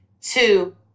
two